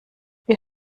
wir